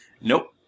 Nope